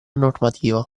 normativa